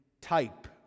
type